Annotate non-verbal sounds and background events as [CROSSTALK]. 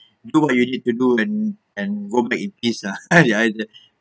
do what you need to do and and go back in this uh [LAUGHS] [NOISE]